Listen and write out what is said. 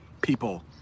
people